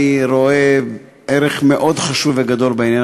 אני רואה ערך מאוד חשוב וגדול בעניין